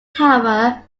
tower